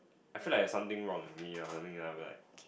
I feel like it's something wrong with me ah or something I'll be like